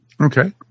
Okay